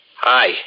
Hi